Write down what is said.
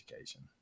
education